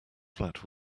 flat